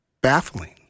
baffling